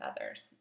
others